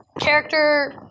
Character